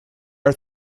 are